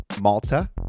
Malta